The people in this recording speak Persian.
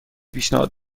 پیشنهاد